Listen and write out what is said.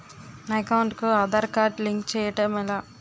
నా అకౌంట్ కు Aadhaar card link చేయడం ఎలా?